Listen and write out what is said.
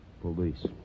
police